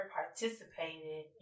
participated